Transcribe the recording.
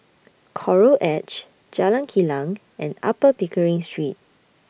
Coral Edge Jalan Kilang and Upper Pickering Street